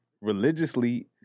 religiously